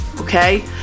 okay